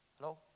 Hello